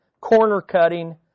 corner-cutting